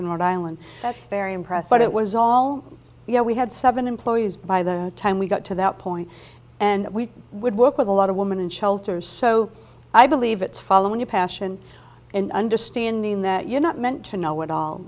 that's very impressed but it was all you know we had seven employees by the time we got to that point and we would work with a lot of woman and shelters so i believe it's following your passion and understanding that you're not meant to know what all